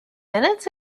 minutes